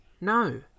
No